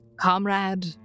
comrade